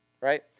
right